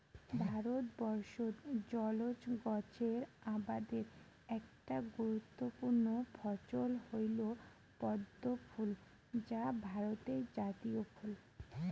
ভারতবর্ষত জলজ গছের আবাদের একটা গুরুত্বপূর্ণ ফছল হইল পদ্মফুল যা ভারতের জাতীয় ফুল